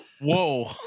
Whoa